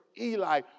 Eli